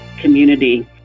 community